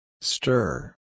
Stir